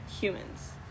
humans